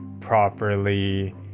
properly